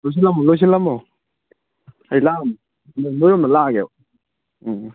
ꯂꯣꯏꯁꯤꯜꯂꯝꯃꯣ ꯂꯣꯏꯁꯤꯜꯂꯝꯃꯣ ꯑꯩ ꯂꯥꯛꯑꯝꯅꯤ ꯂꯣꯏꯔ ꯅꯣꯏꯔꯣꯝꯗ ꯂꯥꯛꯑꯒꯦꯕ ꯎꯝ